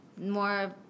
more